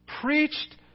preached